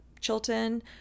Chilton